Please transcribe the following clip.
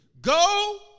Go